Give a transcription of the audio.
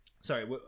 Sorry